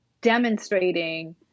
demonstrating